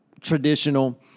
traditional